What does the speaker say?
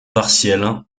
partielle